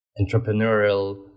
entrepreneurial